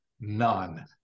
None